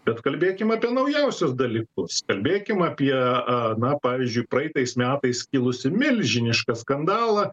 bet kalbėkim apie naujausius dalykus kalbėkim apie a na pavyzdžiui praeitais metais kilusį milžinišką skandalą